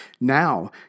Now